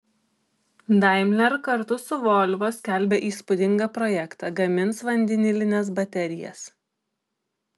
daimler kartu su volvo skelbia įspūdingą projektą gamins vandenilines baterijas